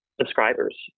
Subscribers